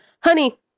honey